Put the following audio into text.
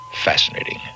fascinating